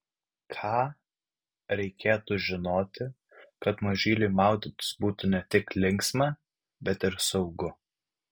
ką reikėtų žinoti kad mažyliui maudytis būtų ne tik linksma bet ir saugu